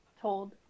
told